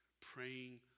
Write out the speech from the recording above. praying